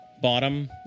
bottom